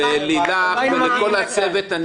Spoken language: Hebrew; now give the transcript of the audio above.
תודה ללילך ולכל הצוות של